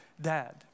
dad